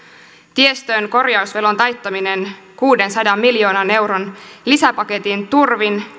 tiestön korjausvelan taittaminen kuudensadan miljoonan euron lisäpaketin turvin